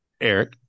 Eric